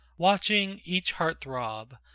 watching each heart-throb,